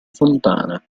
fontana